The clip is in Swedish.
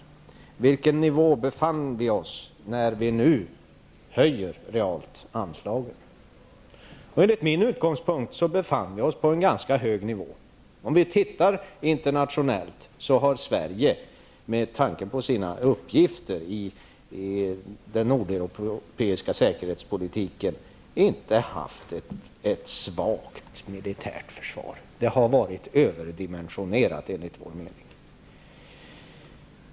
På vilken nivå befinner vi oss när vi nu realt höjer anslagen? Enligt min utgångspunkt befinner vi oss på en ganska hög nivå. Om vi ser det internationellt har Sverige med tanke på sina uppgifter i nordeuropeisk säkerhetspolitik inte haft ett svagt militärt försvar -- det har varit överdimensionerat, enligt vår mening.